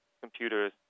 computers